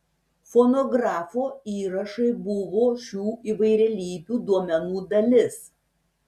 fonografo įrašai buvo šių įvairialypių duomenų dalis